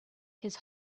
his